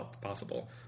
possible